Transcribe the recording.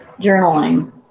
journaling